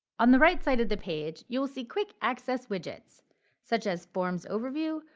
on the right side of the page you will see quick access widgets such as forms overview,